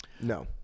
No